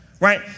right